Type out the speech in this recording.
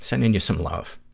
sending you some love.